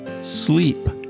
sleep